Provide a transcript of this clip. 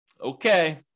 Okay